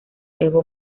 evo